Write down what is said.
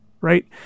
right